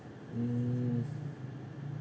mm